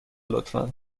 لطفا